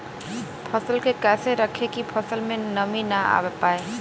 फसल के कैसे रखे की फसल में नमी ना आवा पाव?